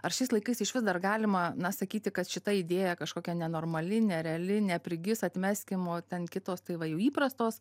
ar šiais laikais išvis dar galima na sakyti kad šita idėja kažkokia nenormali nereali neprigis atmeskim o ten kitos tai va jau įprastos